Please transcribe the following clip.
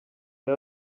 too